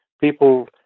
people